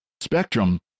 Spectrum